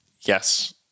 yes